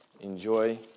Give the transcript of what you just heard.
enjoy